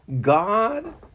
God